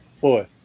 Boy